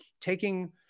taking